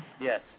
Yes